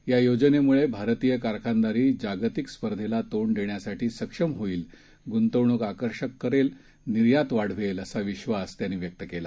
या योजनेमुळे भारतीय कारखानदारी जागतिक स्पर्धेला तोंड देण्यासाठी सक्षम होईल गुंतवणूक आकर्षित करेल निर्यात वाढवेल असा विश्वास त्यांनी व्यक्त केला